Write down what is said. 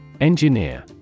Engineer